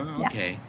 okay